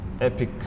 epic